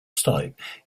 stipe